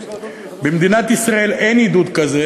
במדינת ישראל אין עידוד כזה,